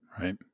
Right